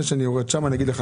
שנים?